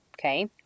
okay